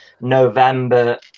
November